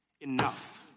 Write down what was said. Enough